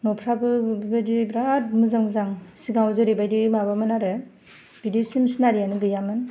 न'फ्राबो बेबायदि बिरात मोजां मोजां सिगाङाव जेरैबायदि माबामोन आरो बिदिसिम सिनारियानो गैयामोन